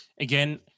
again